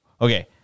Okay